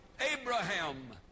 Abraham